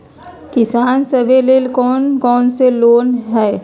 किसान सवे लेल कौन कौन से लोने हई?